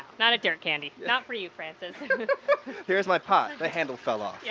not at dirt candy. not for you, francis there's my pot. the handle fell off. yeah